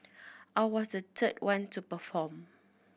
I was the third one to perform